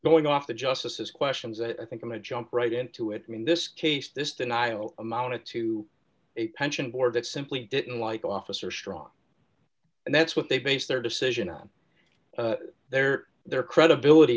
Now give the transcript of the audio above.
going off the justices questions i think i'm a jump right into it i mean this case this denial amounted to a pension board that simply didn't like officer strong and that's what they base their decision on their their credibility